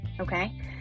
okay